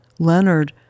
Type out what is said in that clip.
Leonard